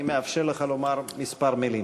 אני מאפשר לך לומר כמה מילים.